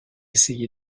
essayé